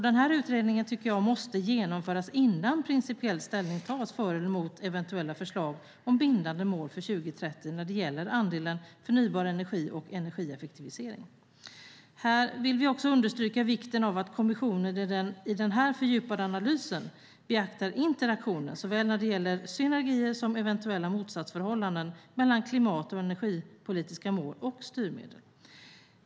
Denna utredning måste genomföras innan principiell ställning tas för eller emot eventuella förslag om bindande mål för 2030 när det gäller andelen förnybar energi och energieffektivisering. Här vill vi också understryka vikten av att kommissionen i den fördjupade analysen beaktar interaktionen - såväl när det gäller synergier som eventuella motsatsförhållanden - mellan klimat och energipolitiska mål och styrmedel.